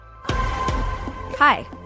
Hi